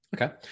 Okay